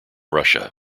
russia